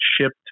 shipped